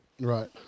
Right